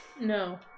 No